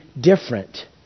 different